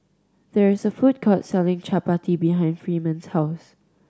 there is a food court selling Chapati behind Freeman's house